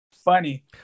funny